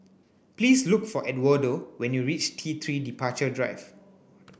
please look for Edwardo when you reach T three Departure Drive